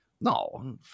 No